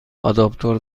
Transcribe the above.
آداپتور